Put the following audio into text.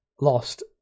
lost